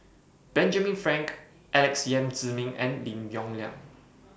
Benjamin Frank Alex Yam Ziming and Lim Yong Liang